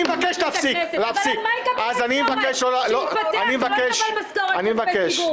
שיתפטר ולא יקבל מכספי ציבור.